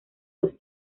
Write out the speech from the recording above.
los